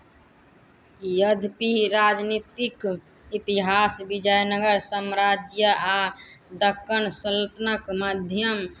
यद्यपि राजनीतिक इतिहास विजयनगर साम्राज्य आ दक्कन सल्तनतक माध्यम